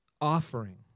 Offering